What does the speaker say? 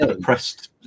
pressed